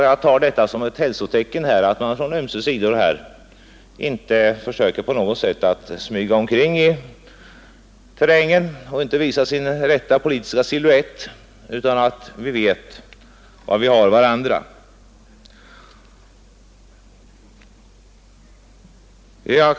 Jag tar det som ett hälsotecken att man på ömse sidor inte försöker smyga omkring i terrängen och inte visa sin rätta politiska silhuett utan att vi vet var vi har varandra.